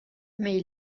mais